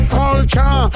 culture